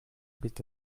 with